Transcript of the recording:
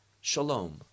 Shalom